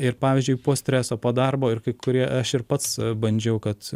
ir pavyzdžiui po streso po darbo ir kai kurie aš ir pats bandžiau kad